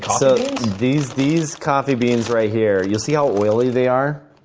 so these these coffee beans right here you see how oily they are?